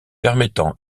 permettant